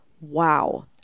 wow